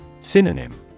Synonym